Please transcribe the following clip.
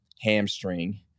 hamstring